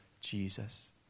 Jesus